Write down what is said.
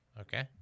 Okay